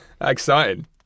Exciting